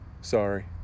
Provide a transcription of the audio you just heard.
sorry